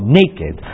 naked